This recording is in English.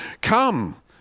Come